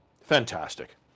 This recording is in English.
Fantastic